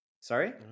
Sorry